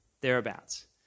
thereabouts